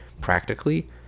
practically